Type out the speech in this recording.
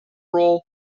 role